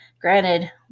granted